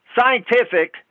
scientific